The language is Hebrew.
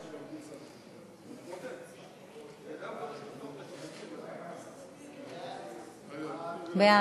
הצעת ועדת הכנסת בדבר הרכב ועדות הכנסת נתקבלה.